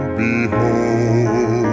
behold